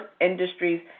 industries